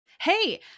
Hey